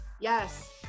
Yes